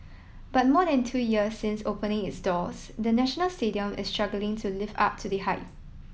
but more than two years since opening its doors the National Stadium is struggling to live up to the hype